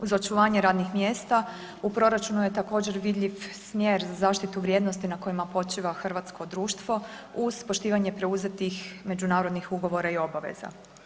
Uz očuvanje radnih mjesta u proračunu je također vidljiv smjer za zaštitu vrijednosti na kojima počiva hrvatsko društvo uz poštivanje preuzetih međunarodnih ugovora i obaveza.